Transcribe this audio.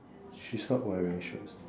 she's not wearing shoes